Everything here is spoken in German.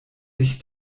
sich